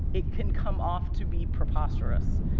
it can come off to be preposterous.